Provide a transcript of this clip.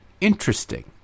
interesting